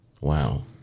Wow